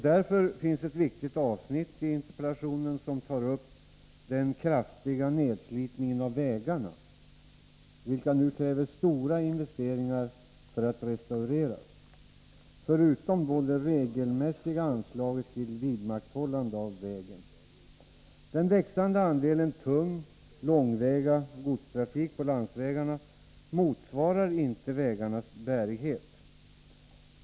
Därför finns det ett viktigt avsnitt i interpellationen som tar upp den kraftiga nedslitningen av vägarna, för vilkas restaurering det nu krävs stora investeringar, förutom det regelmässiga anslaget till underhåll av vägen. Den växande andelen tung, långväga godstrafik på landsvägarna motsvarar inte vägarnas bärighet.